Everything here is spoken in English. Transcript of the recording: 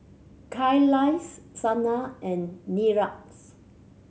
Kailash Sanal and Niraj